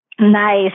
Nice